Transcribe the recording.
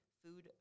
food